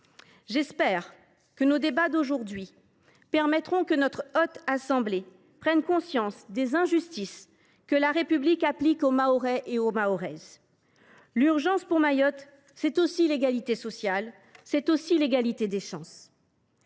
J’espère que nos débats d’aujourd’hui permettront à notre Haute Assemblée de prendre conscience des injustices que la République fait subir aux Mahorais et aux Mahoraises. L’urgence pour Mayotte, c’est aussi l’égalité sociale et l’égalité des chances.